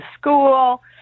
school